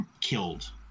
killed